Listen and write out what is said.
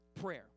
Prayer